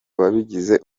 wabigize